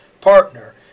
partner